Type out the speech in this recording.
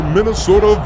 Minnesota